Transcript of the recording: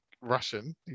Russian